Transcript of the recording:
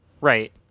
Right